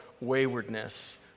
waywardness